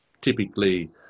typically